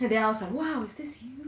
then I was like !wow! is this you